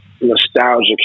nostalgic